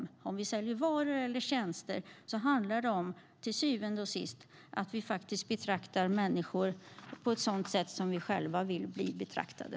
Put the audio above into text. Oavsett om vi säljer varor eller tjänster handlar det till syvende och sist om att vi faktiskt betraktar människor så som vi själva vill bli betraktade.